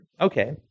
Okay